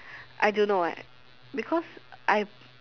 I don't know eh because I